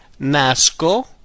nasco